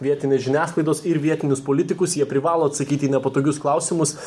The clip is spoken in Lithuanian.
vietinės žiniasklaidos ir vietinius politikus jie privalo atsakyti į nepatogius klausimus